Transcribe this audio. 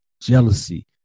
jealousy